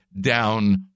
down